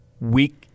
weak